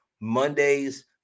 Monday's